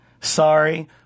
Sorry